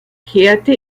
kehrte